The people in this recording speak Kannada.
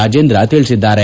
ರಾಜೇಂದ್ರ ತಿಳಿಸಿದ್ದಾರೆ